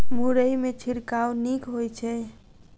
मुरई मे छिड़काव नीक होइ छै?